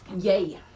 Yay